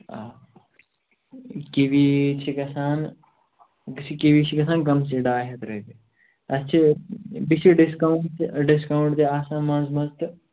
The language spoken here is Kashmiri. آ کِوی چھِ گژھان یۅس یہِ کِوی چھِ گژھان کَمسٕے ڈاے ہَتھ رۄپیہِ اَتھ چھِ بیٚیہِ چھِ ڈِسکاوُنٛٹ تہِ ڈِسکاوُنٛٹ تہِ آسان منٛزٕ منٛزٕ تہٕ